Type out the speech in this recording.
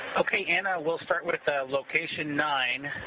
ok anna, we'll start with location nine